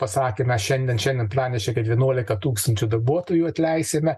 pasakė šiandien šiandien pranešė kad vienuolika tūkstančių darbuotojų atleisime